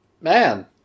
Man